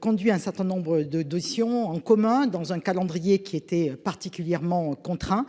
conduit un certain nombre de notions en commun dans un calendrier qui était particulièrement contraint